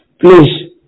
Please